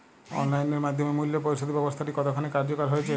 Online এর মাধ্যমে মূল্য পরিশোধ ব্যাবস্থাটি কতখানি কার্যকর হয়েচে?